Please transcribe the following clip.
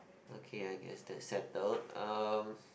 okay I guess that's settled um